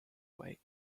way